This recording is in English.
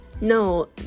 No